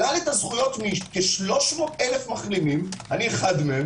שלל את הזכויות מכ-300,000 מחלימים - אני אחד מהם